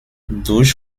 durch